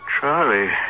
Charlie